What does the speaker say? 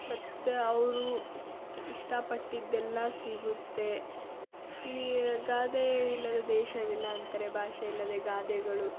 ಮತ್ತು ಅವರು ಇಷ್ಟಪಟ್ಟಿದ್ದೆಲ್ಲ ಸಿಗುತ್ತೆ ಈ ಗಾದೆ ಇಲ್ಲದ ದೇಶವಿಲ್ಲ ಅಂತಾರೆ ಭಾಷೆಯಿಲ್ಲದ ಗಾದೆಗಳು